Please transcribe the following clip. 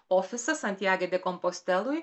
ofisas santjage de kompasteloj